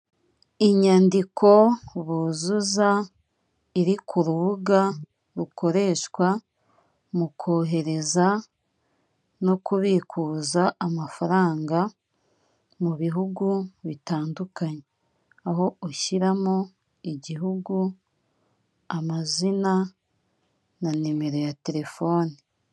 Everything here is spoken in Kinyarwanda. Inyandiko buzuza iri ku rubuga rukoreshwa mu kohereza no kubikuza amafaranga mu bihugu bitandukanye, aho ushyiramo igihugu amazina na nimero ya telefoni.